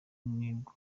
nibwo